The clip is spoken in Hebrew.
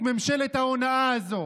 את ממשלת ההונאה הזו.